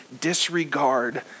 disregard